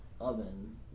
oven